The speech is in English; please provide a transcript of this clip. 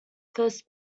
first